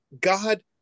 God